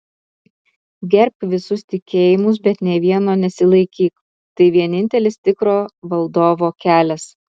gerbk visus tikėjimus bet nė vieno nesilaikyk tai vienintelis tikro valdovo kelias